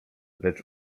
lecz